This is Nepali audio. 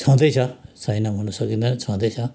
छँदैछ छैन भन्नु सकिँदैन छँदैछ